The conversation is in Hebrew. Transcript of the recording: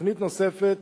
תוכנית נוספת